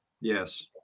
yes